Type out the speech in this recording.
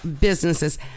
businesses